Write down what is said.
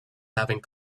having